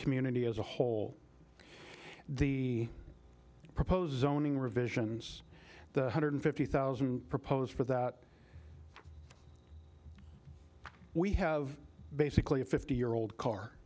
community as a whole the propose owning revisions the one hundred fifty thousand proposed for that we have basically a fifty year old car